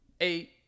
eight